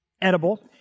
edible